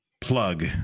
plug